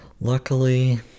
luckily